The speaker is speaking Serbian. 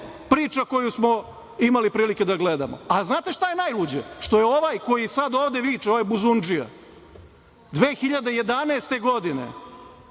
priča koju smo imali prilike da gledamo. Znate šta je najluđe? Što je ovaj koji sada viče, ovaj buzundžija, 2011. godine